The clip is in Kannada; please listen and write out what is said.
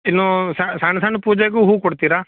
ಇನ್ನು ಸಣ್ಣ ಸಣ್ಣ ಪೂಜೆಗೂ ಹೂ ಕೊಡ್ತೀರಾ